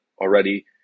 already